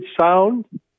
sound